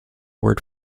word